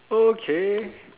okay